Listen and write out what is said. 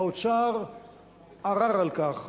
האוצר ערר על כך,